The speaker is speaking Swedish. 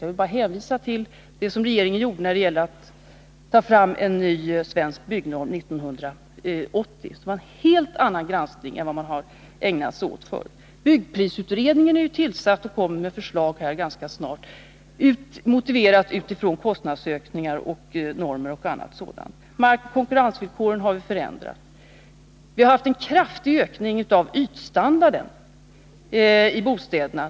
Jag vill bara hänvisa till det som regeringen gjorde när det gällde att ta fram en ny svensk byggnorm 1980. Det var fråga om en helt annan granskning än man har haft tidigare. Byggprisutredningen är tillsatt och kommer att lägga fram förslag ganska snart — och det arbetet är motiverat av kostnadsökningar och annat. Markoch konkurrensvillkoren har vi förändrat. Vi har haft en kraftig ökning av ytstandarden i bostäderna.